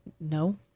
No